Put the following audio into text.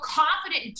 confident